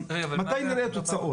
אלה עופר נפחא וההתחלה של מגידו.